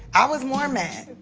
i was more mad.